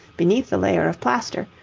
beneath the layer of plaster,